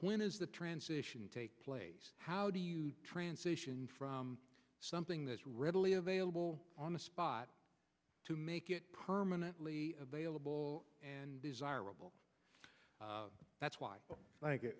when is the transition take place how do you transition from something that's readily available on the spot to make it permanently available and desirable that's why